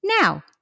Now